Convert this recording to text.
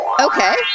Okay